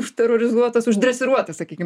užterorizuotas uždresiruotas sakykim